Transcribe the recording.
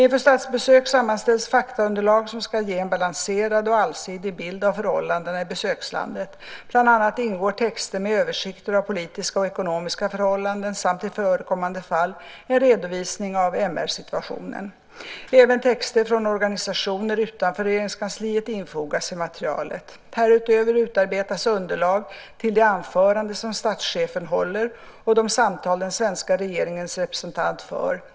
Inför statsbesök sammanställs faktaunderlag som ska ge en balanserad och allsidig bild av förhållandena i besökslandet. Bland annat ingår texter med översikter av politiska och ekonomiska förhållanden samt i förekommande fall en redovisning av MR-situationen. Även texter från organisationer utanför Regeringskansliet infogas i materialet. Härutöver utarbetas underlag till det anförande som statschefen håller och de samtal den svenska regeringens representant för.